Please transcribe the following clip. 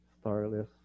starless